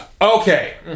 Okay